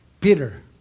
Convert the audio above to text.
Peter